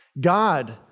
God